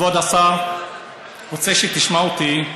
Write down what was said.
כבוד השר, כבוד השר, אני רוצה שתשמע אותי.